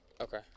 Okay